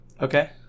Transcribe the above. okay